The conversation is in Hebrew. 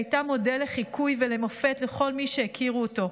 שהייתה מודל לחיקוי ולמופת לכל מי שהכירו אותו.